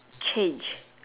change